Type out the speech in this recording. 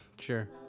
Sure